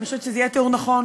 אני חושבת שזה יהיה תיאור נכון,